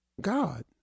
God